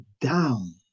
down